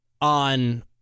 on